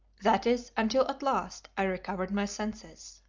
that is until at last i recovered my senses.